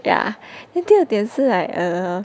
ya he 这种典型 like err